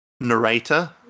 narrator